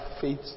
faith